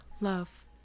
Love